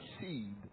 seed